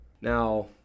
Now